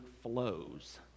flows